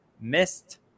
missed